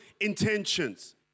intentions